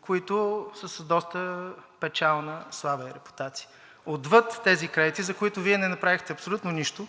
които са с доста печална слава и репутация. Отвъд тези кредити, за които Вие не направихте абсолютно нищо,